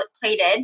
plated